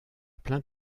plein